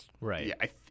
Right